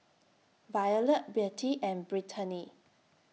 Violette Bette and Brittanie